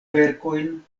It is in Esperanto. verkojn